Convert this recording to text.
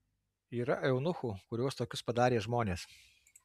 yra eunuchų kuriuos tokius padarė žmonės